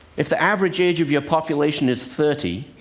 if the average age of your population is thirty,